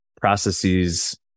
processes